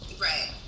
Right